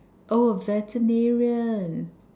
oh veterinarian